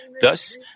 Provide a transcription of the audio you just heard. Thus